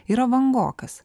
yra vangokas